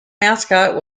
mascot